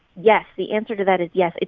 yes. the answer to that is yes.